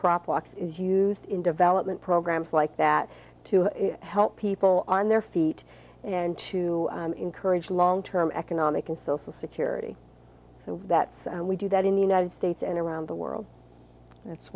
crop walks is used in development programs like that to help people on their feet and to encourage long term economic and social security so that we do that in the united states and around the world